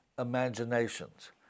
imaginations